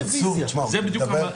שזו הצעה לא חוקתית.